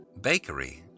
bakery